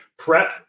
prep